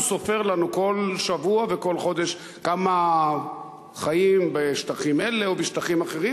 הוא סופר לנו כל שבוע וכל חודש כמה חיים בשטחים אלה ובשטחים אחרים,